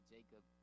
Jacob